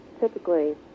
typically